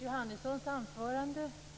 Fru talman!